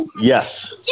yes